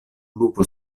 lupo